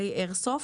כלי איירסופט,